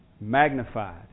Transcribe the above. magnified